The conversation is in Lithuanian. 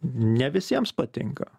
ne visiems patinka